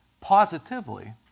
positively